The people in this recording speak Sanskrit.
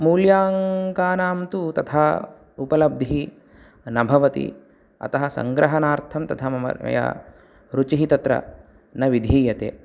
मूल्याङ्कानां तु तथा उपलब्धिः न भवति अतः सङ्ग्रहणार्थं तथा मया रुचिः तत्र न विधीयते